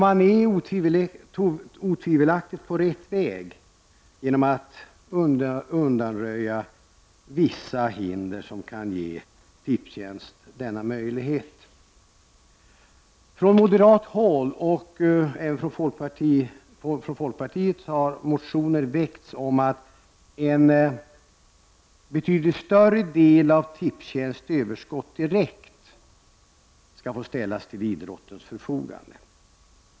Man är otvivelaktigt på rätt väg genom att undanröja vissa hinder som kan ge Tipstjänst denna möjlighet. Moderata samlingspartiet, och även folkpartiet, har väckt motioner om att en betydligt större del av Tipstjänsts överskott direkt skall få ställas till idrottens förfogande.